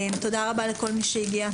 תודה רבה לכל מי שהגיע.